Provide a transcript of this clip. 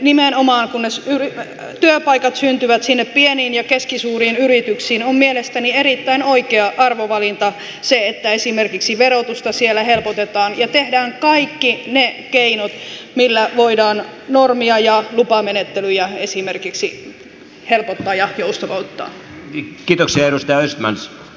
nimenomaan kunnes työpaikat syntyvät sinne pieniin ja keskisuuriin yrityksiin on mielestäni erittäin oikea arvovalinta se että esimerkiksi verotusta siellä helpotetaan ja tehdään kaikki ne keinot millä voidaan esimerkiksi normeja ja lupamenettelyjä helpottaa ja joustavoittaa